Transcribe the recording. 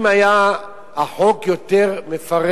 אם החוק היה מפרט יותר,